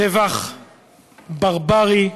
טבח ברברי,